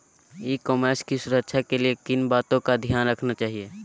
E commerce की सुरक्षा के लिए किन बातों का ध्यान रखना चाहिए?